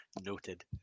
Noted